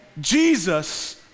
Jesus